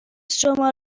شما